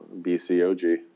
BCOG